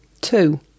Two